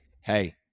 hey